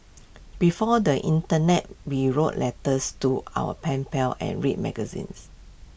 before the Internet we wrote letters to our pen pals and read magazines